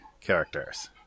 characters